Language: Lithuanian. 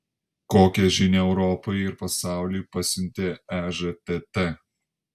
kokią žinią europai ir pasauliui pasiuntė ežtt